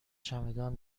چمدان